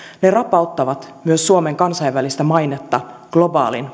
ne rapauttavat myös suomen kansainvälistä mainetta globaalin